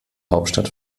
hauptstadt